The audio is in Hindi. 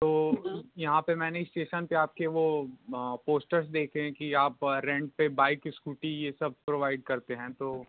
तो यहाँ पर मैंने स्टेशन पर आपके वो पोस्टर्स देखें कि आप रेंट पर बाइक स्कूटी ये सब प्रोवाइड करते हैं तो